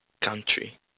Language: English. country